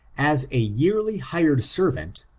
as a yearly hired servant,